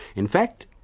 in fact,